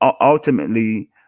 ultimately